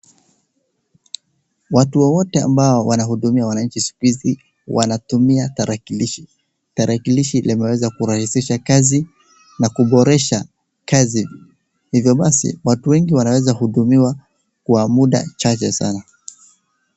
Watu wowote ambao wanahudumia wananchi siku hizi wanatumia tarakilishi. Tarakilishi limeweza kurahisisha kazi na kuboresha kazi, hivyo basi watu wengi wanaweza hudumiwa kwa muda chache sana.